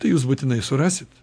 tai jūs būtinai surasit